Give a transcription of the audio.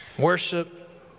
Worship